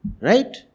Right